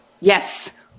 Yes